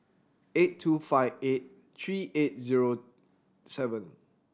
eight two five eight three eight zero seven